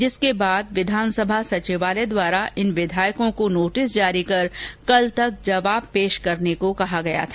जिसके बाद विधानसभा सचिवालय द्वारा इन विधायकों को नोटिस जारी कर कल तक जवाब प्रस्तुत करने को कहा गया था